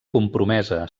compromesa